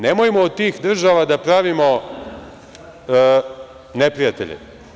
Nemojmo od tih država da pravimo neprijatelje.